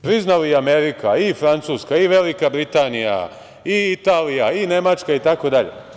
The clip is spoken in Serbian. Priznali i Amerika, i Francuska, i Velika Britanija, i Italija, i Nemačka itd.